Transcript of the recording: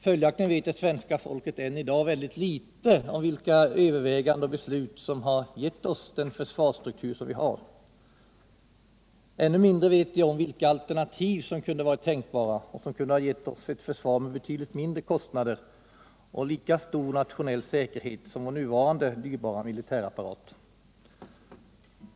Följaktligen vet det svenska folket än i dag väldigt litet om vilka överväganden och beslut som har gett oss den försvarsstruktur vi har. Ännu mindre vet de om vilka alternativ som varit tänkbara och som kunde gett oss ett försvar med betydligt mindre kostnader men lika stor nationell säkerhet som vår nuvarande militärapparat.